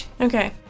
Okay